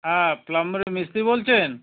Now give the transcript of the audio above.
হ্যাঁ প্লাম্বারের মিস্ত্রি বলছেন